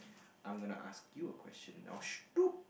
I'm going to ask you a question now